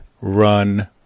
run